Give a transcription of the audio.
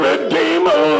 Redeemer